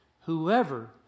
whoever